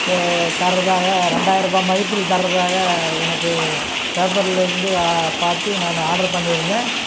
தரதாக ரெண்டாயிரம் ரூவா மதிப்பில் தரதாக எனக்கு பேப்பரில் இருந்து பார்த்து நான் ஆர்டர் பண்ணியிருந்தேன்